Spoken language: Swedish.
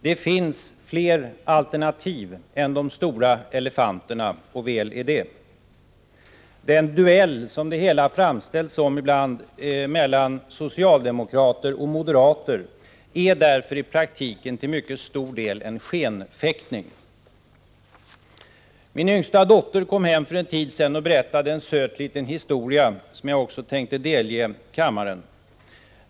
Det finns fler alternativ än de stora elefanterna — och väl är det. Den duell mellan socialdemokrater och moderater som det hela ibland framställs som är därför i praktiken till mycket stor del en skenfäktning. Min yngsta dotter kom hem för en tid sedan och berättade en söt liten historia som jag tänkte delge kammaren.